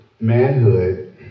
manhood